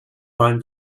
bind